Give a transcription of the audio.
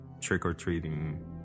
trick-or-treating